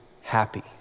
happy